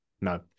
No